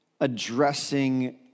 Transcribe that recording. addressing